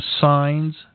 Signs